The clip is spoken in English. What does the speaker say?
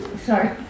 Sorry